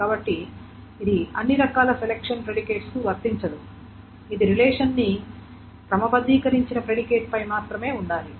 కాబట్టి ఇది అన్ని రకాల సెలక్షన్ ప్రిడికేట్స్ కు వర్తించదు ఇది రిలేషన్ని క్రమబద్ధీకరించిన ప్రిడికేట్ పై మాత్రమే ఉండాలి